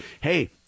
hey